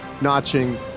notching